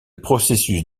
processus